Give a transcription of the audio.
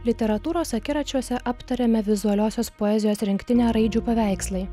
literatūros akiračiuose aptariame vizualiosios poezijos rinktinę raidžių paveikslai